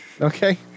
Okay